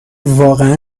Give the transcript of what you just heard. واقعا